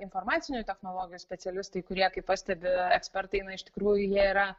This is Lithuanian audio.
informacinių technologijų specialistai kurie kaip pastebi ekspertai eina iš tikrųjų yra